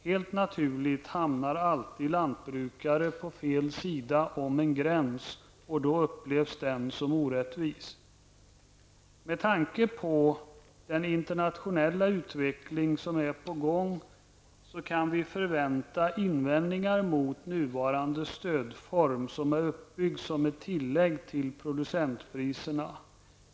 Helt naturligt hamnar alltid lantbrukare på fel sida om en gräns, och då upplevs den som orättvis. Med tanke på den internationella utveckling som är på gång kan vi förvänta invändningar mot nuvarande stödform som är uppbyggt som ett tillägg till producentpriserna.